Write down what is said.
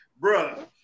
bruh